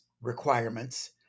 requirements